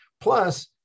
Plus